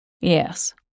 Yes